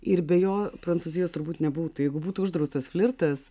ir be jo prancūzijos turbūt nebūtų jeigu būtų uždraustas flirtas